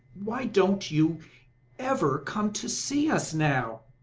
why don't you ever come to see us now?